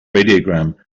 radiogram